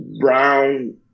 brown